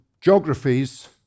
geographies